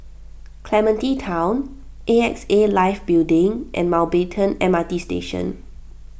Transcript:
Clementi Town A X A Life Building and Mountbatten M R T Station